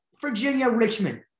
Virginia-Richmond